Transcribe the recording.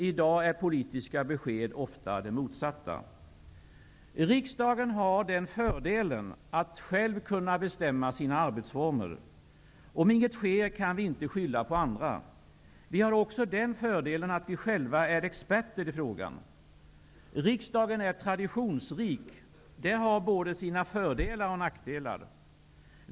I dag är politiska besked ofta det motsatta. Riksdagen har den fördelen att själv kunna bestämma sina arbetsformer. Om inget sker kan vi inte skylla på andra. Vi har också den fördelen att vi själva är experter i frågan. Riksdagen är traditionsrik. Det har både sina fördelar och nackdelar.